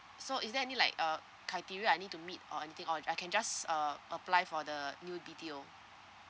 so is there any like uh criteria I need to meet or anything or I can just uh apply for the new B_T_O